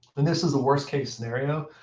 and this is the worst-case scenario.